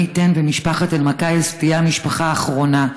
ומי ייתן ומשפחת אלמקייס תהיה המשפחה האחרונה.